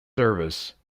service